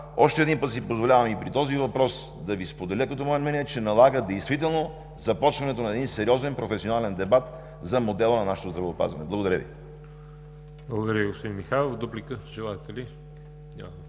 Още един път си позволявам по този въпрос да Ви споделя като мое мнение, че налага действително започването на един сериозен професионален дебат за модела на нашето здравеопазване. Благодаря Ви. ПРЕДСЕДАТЕЛ ВАЛЕРИ ЖАБЛЯНОВ: Благодаря Ви, господин Михайлов. Дуплика желаете ли?